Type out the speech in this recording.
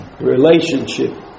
relationship